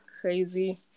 crazy